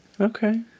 Okay